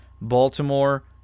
Baltimore